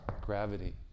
gravity